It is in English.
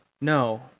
No